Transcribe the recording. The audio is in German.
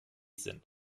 sind